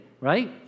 right